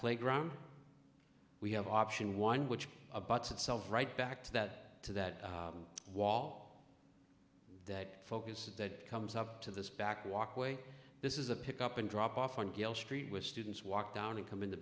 playground we have option one which abuts itself right back to that to that wall that focuses that comes up to this back walkway this is a pick up and drop off and yell street with students walk down and come in the